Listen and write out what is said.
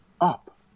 up